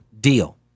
deal